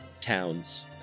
towns